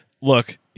look